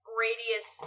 radius